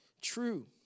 true